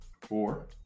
Four